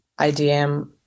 idm